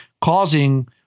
causing